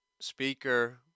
speaker